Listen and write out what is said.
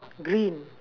green